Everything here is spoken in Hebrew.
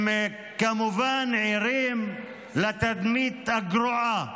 הם כמובן ערים לתדמית הגרועה